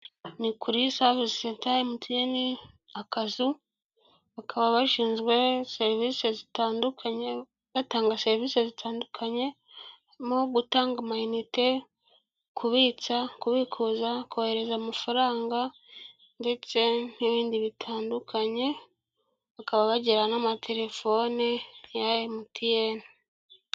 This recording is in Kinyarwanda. Ni kuri savise senta ya emutiyeni ,akazu bakaba batanga serivisi zitandukanye mu gutanga amiyinite, kubitsa, kubikuza, kohereza, amafaranga ndetse n'ibindi bitandukanye bakaba bagira n'amatelefoni ya emutiyeni.